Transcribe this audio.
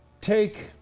take